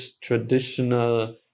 traditional